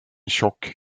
tjock